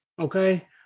okay